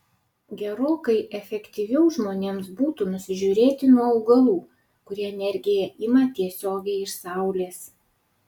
gerokai efektyviau žmonėms būtų nusižiūrėti nuo augalų kurie energiją ima tiesiogiai iš saulės